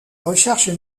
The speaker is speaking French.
recherche